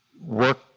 work